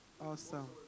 Awesome